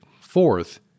Fourth